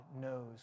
knows